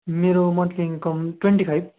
मेरो monthly income twenty five